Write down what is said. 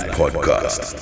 podcast